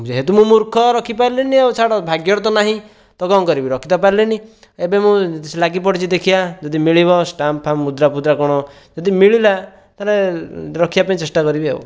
ଯେହେତୁ ମୁଁ ମୁର୍ଖ ରଖିପାରିଲିନି ଆଉ ଛାଡ଼ ଭାଗ୍ୟରେ ତ ନାହିଁ ତ କଣ କରିବି ରଖି ତ ପାରିଲିନି ଏବେ ମୁଁ ଲାଗି ପଡ଼ିଛି ଦେଖିବା ଯଦି ମିଳିବ ଷ୍ଟାମ୍ପ ଫାମ୍ପ ମୁଦ୍ରା ଫୁଦ୍ରା କ'ଣ ଯଦି ମିଳିଲା ତାହେଲେ ରଖିବା ପାଇଁ ଚେଷ୍ଟା କରିବି ଆଉ